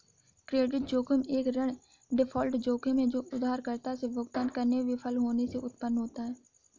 credit जोखिम एक ऋण डिफ़ॉल्ट जोखिम है जो उधारकर्ता से भुगतान करने में विफल होने से उत्पन्न होता है